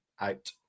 out